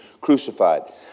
crucified